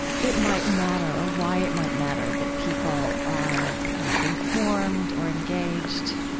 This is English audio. it might matter or why it might matter that people are informed or engaged?